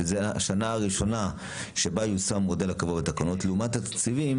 שזו השנה הראשונה שבה יושם המודל הקבוע בתקנות לעומת התקציבים